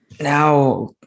Now